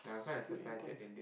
it's pretty intense